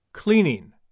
Cleaning